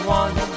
one